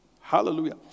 Hallelujah